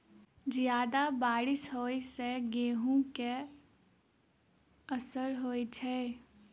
जियादा बारिश होइ सऽ गेंहूँ केँ असर होइ छै?